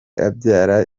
abyara